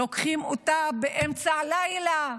לוקחים אותה באמצע הלילה,